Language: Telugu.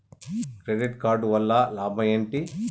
క్రెడిట్ కార్డు వల్ల లాభం ఏంటి?